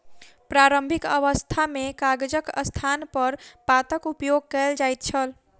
प्रारंभिक अवस्था मे कागजक स्थानपर पातक उपयोग कयल जाइत छल